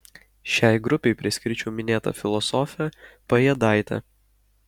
šiai grupei priskirčiau minėtą filosofę pajėdaitę